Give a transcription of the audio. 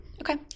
Okay